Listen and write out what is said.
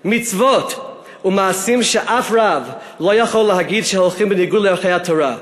מצוות ומעשים שאף רב לא יכול להגיד שהולכים בניגוד לערכי התורה.